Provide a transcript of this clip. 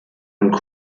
und